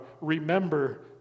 remember